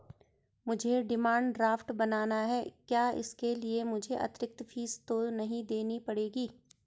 मुझे demand draft बनाना है क्या इसके लिए मुझे अतिरिक्त फीस तो नहीं देनी पड़ेगी?